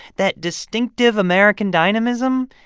that distinctive american dynamism,